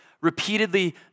repeatedly